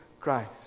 Christ